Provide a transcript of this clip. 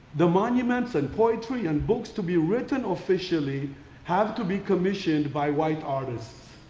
the monuments and poetry and books to be written officially have to be commissioned by white artists.